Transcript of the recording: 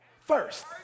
first